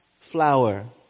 flower